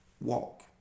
Walk